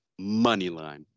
Moneyline